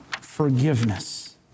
forgiveness